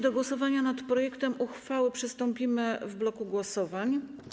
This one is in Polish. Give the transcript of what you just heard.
Do głosowania nad projektem uchwały przystąpimy w bloku głosowań.